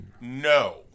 no